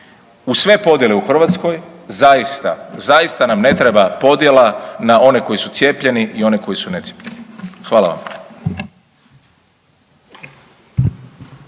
Uz sve podjele u Hrvatskoj zaista, zaista nam ne treba podjela na one koji su cijepljeni i one koji su necijepljeni. Hvala vam.